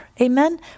Amen